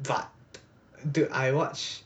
but dude I watch